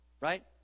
right